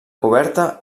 coberta